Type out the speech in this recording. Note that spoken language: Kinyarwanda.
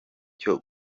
cyo